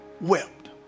wept